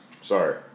Sorry